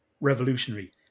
revolutionary